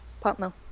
partner